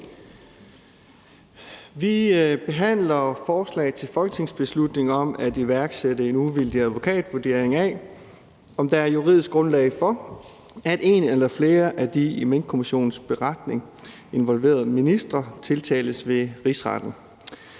Vi behandler forslag til folketingsbeslutning om iværksættelse af en uvildig advokatvurdering af, om der er juridisk grundlag for, at en eller flere af de i Minkkommissionens beretning involverede ministre tiltales ved Rigsretten.